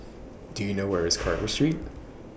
Do YOU know Where IS Carver Street